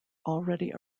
already